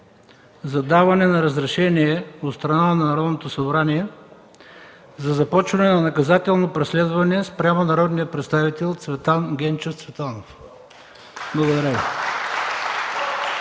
за даване на разрешение от страна на Народното събрание за започване на наказателно преследване спрямо народния представител Цветан Генчев Цветанов. Благодаря